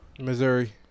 Missouri